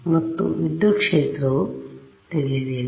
ಮತ್ತು ವಿದ್ಯುತ್ ಕ್ಷೇತ್ರವು ತಿಳಿದಿಲ್ಲ